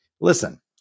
Listen